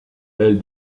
elle